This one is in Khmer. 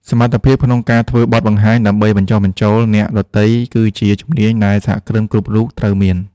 សមត្ថភាពក្នុងការធ្វើបទបង្ហាញដើម្បីបញ្ចុះបញ្ចូលអ្នកដទៃគឺជាជំនាញដែលសហគ្រិនគ្រប់រូបត្រូវមាន។